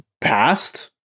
passed